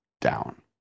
down